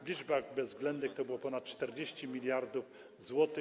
W liczbach bezwzględnych to było ponad 40 mld zł.